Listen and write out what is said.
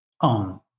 on